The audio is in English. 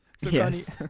yes